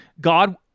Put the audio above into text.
God